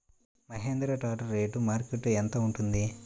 Mahindra tractor rate మార్కెట్లో యెంత ఉంటుంది?